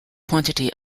quantity